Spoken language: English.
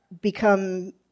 become